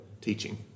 teaching